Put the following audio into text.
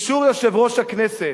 באישור יושב-ראש הכנסת,